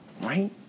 Right